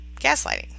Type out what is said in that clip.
gaslighting